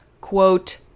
quote